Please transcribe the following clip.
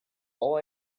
all